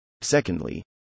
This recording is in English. Secondly